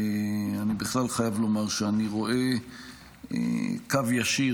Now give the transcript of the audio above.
אני בכלל חייב לומר שאני רואה קו ישיר